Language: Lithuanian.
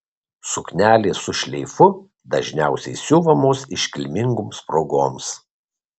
suknelės su šleifu dažniausiai siuvamos iškilmingoms progoms